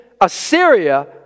Assyria